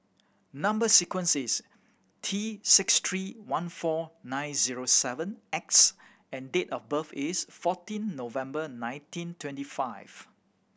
number sequence is T six three one four nine zero seven X and date of birth is fourteen November nineteen twenty five